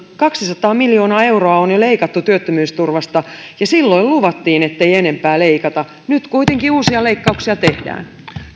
kaksisataa miljoonaa euroa on jo leikattu työttömyysturvasta ja silloin luvattiin ettei enempää leikata nyt kuitenkin uusia leikkauksia tehdään tähän